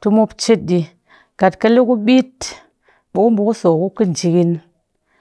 tɨ mop chet ɗii kat kɨle kuɓɨt ɓii ku ba kuso a kukɨjɨƙin.